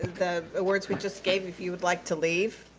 the awards we just gave, if you would like to leave,